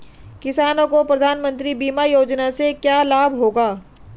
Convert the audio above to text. किसानों को प्रधानमंत्री बीमा योजना से क्या लाभ होगा?